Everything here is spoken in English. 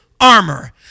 armor